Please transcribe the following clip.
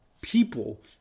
people